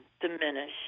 diminish